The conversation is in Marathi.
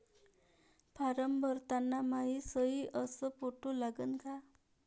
फारम भरताना मायी सयी अस फोटो लागन का?